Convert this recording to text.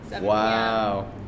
Wow